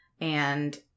And-